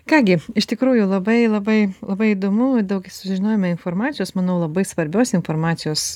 ką gi iš tikrųjų labai labai labai įdomu daug sužinojome informacijos manau labai svarbios informacijos